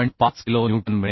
5 kilo newton मिळेल